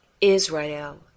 Israel